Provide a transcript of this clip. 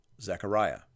Zechariah